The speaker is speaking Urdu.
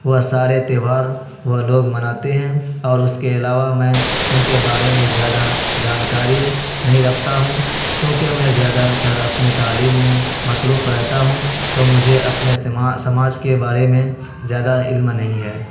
وہ سارے تیوہار وہ لوگ مناتے ہیں اور اس کے علاوہ میں ان کے بارے میں زیادہ جانکاری نہیں رکھتا ہوں کیونکہ میں زیادہ تر اپنی تعلیم میں مصروف رہتا ہوں تو مجھے اپنے سماج کے بارے میں زیادہ علم نہیں ہے